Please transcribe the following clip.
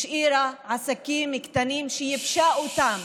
השאירה עסקים קטנים, ייבשה אותם,